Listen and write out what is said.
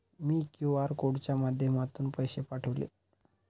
मी QR कोडच्या माध्यमातून पैसे पाठवले